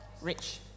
rich